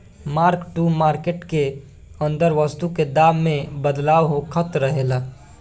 mark to market के अंदर वस्तु के दाम में बदलाव होखत रहेला